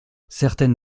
certains